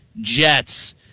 Jets